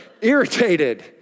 irritated